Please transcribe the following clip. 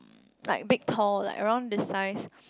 like big tall like around this size